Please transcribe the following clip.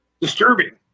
disturbing